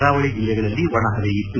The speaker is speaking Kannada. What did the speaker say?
ಕರಾವಳಿ ಜಿಲ್ಲೆಗಳಲ್ಲಿ ಒಣಹವೆ ಇತ್ತು